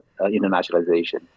internationalization